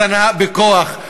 הזנה בכוח.